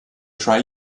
try